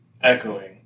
echoing